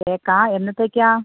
കേക്കാണോ എന്നത്തേക്കാണ്